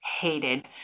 hated